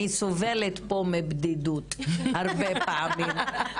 אני סובלת פה מבדידות הרבה פעמים.